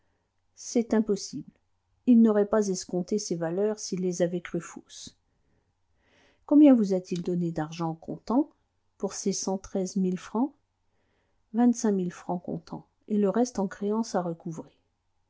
c'est impossible il n'aurait pas escompté ces valeurs s'il les avait crues fausses combien vous a-t-il donné d'argent comptant pour ces cent treize mille francs vingt-cinq mille francs comptant et le reste en créances à recouvrer